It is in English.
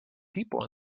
people